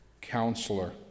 Counselor